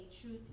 truth